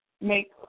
make